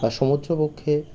বা সমুদ্রবক্ষে